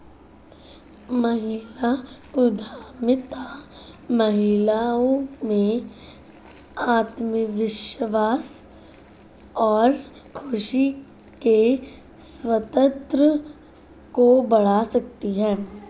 महिला उद्यमिता महिलाओं में आत्मविश्वास और खुशी के स्तर को बढ़ा सकती है